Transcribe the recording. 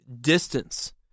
Distance